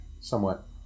somewhat